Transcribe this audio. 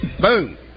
Boom